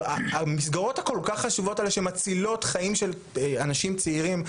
והמסגרות הכול כך חשובות האלה שמצילות חיים של אנשים צעירים,